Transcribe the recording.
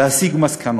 להסיק מסקנות,